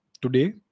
today